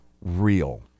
real